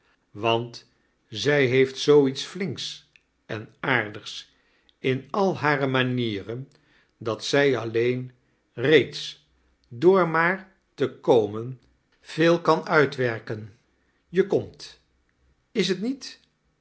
want zij heeft zoo iets flinks en aardigs in al hare manieren dat zij alleen reeds door maar te komen veel kan uitwerken je komt is t niet